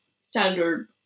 standard